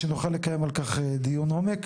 כדי שנוכל לנהל על כך דיון עומק.